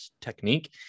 technique